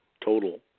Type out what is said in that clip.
total